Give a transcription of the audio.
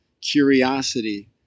curiosity